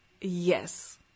Yes